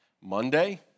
Monday